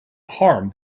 harm